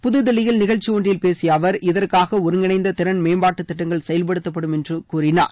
புதுதில்லியில் நிகழ்ச்சி ஒன்றில் பேசிய அவர் இதற்காக ஒருங்கிணைந்த திற்ன மேம்பாட்டு திட்டங்கள் செயல்படுத்தப்படும் என்றும் அவர் கூறினார்